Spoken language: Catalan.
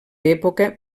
època